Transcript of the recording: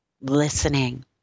Listening